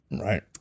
Right